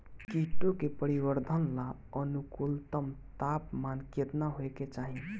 कीटो के परिवरर्धन ला अनुकूलतम तापमान केतना होए के चाही?